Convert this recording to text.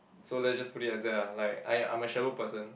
so let's just put it as that lah like I I'm a shallow person